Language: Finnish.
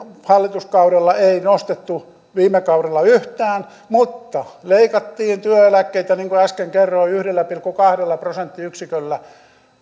hallituskaudellanne ei nostettu viime kaudella yhtään mutta leikattiin työeläkkeitä niin kuin äsken kerroin yhdellä pilkku kahdella prosenttiyksiköllä